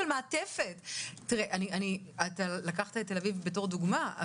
אתה לקחת את תל אביב בתור דוגמה,